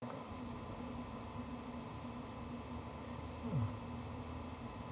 mm